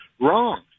Wrong